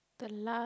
the last